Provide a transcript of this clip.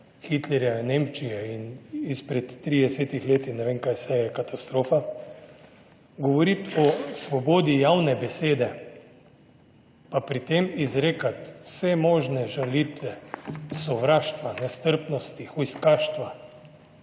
Hitlerja in Nemčije in izpred tridesetih let in ne vem kaj vse, je katastrofa. Govoriti o svobodi javne besede, pa pri tem izrekati vse možne žalitve, sovraštva, nestrpnosti, hujskaštva,